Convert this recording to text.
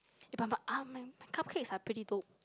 eh but but uh my my cupcakes are pretty dope